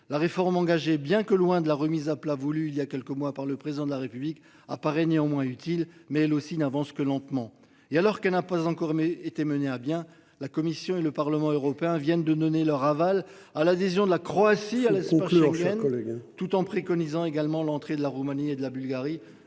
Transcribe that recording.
la réforme engagée, bien que loin de la remise à plat voulu il y a quelques mois par le président de la République apparaît néanmoins utiles mais elle aussi n'avance que lentement. Et alors qu'elle n'a pas encore mais était mené à bien la Commission et le Parlement européen viennent de donner leur aval à l'adhésion de la Croatie son en fait collègue tout en préconisant également l'entrée de la Roumanie et de la Bulgarie.